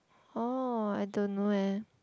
oh I don't know eh